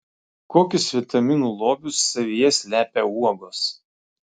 kokius vitaminų lobius savyje slepia uogos